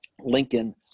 Lincoln